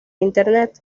internet